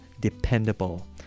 dependable